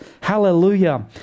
Hallelujah